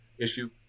issue